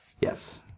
yes